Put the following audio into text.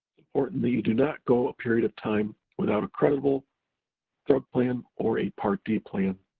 important that you do not go a period of time without a credible drug plan or a part d plan,